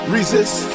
Resist